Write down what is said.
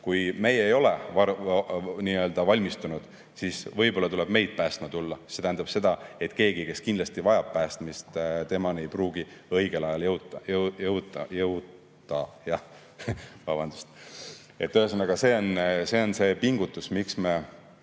Kui meie ei ole nii-öelda valmistunud, siis võib-olla tuleb meid päästma tulla. See tähendab seda, et keegi, kes kindlasti vajab päästmist, temani ei pruugi [abi] õigel ajal jõuda. Ühesõnaga, see on see pingutus, miks minu